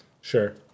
Sure